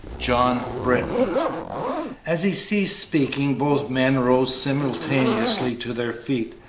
john britton as he ceased speaking both men rose simultaneously to their feet.